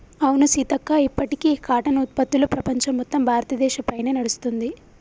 అవును సీతక్క ఇప్పటికీ కాటన్ ఉత్పత్తులు ప్రపంచం మొత్తం భారతదేశ పైనే నడుస్తుంది